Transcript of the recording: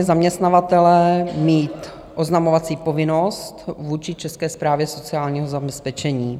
Zaměstnavatelé budou mít oznamovací povinnost vůči České správě sociálního zabezpečení.